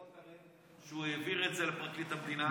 שהוא העביר את זה לפרקליט המדינה.